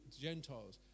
gentiles